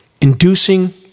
inducing